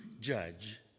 judge